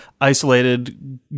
isolated